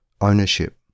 Ownership